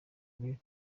kure